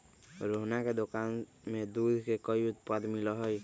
रोहना के दुकान में दूध के कई उत्पाद मिला हई